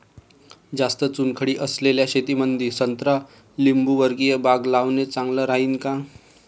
जास्त चुनखडी असलेल्या शेतामंदी संत्रा लिंबूवर्गीय बाग लावणे चांगलं राहिन का?